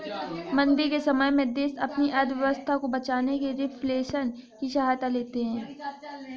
मंदी के समय में देश अपनी अर्थव्यवस्था को बचाने के लिए रिफ्लेशन की सहायता लेते हैं